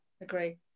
agree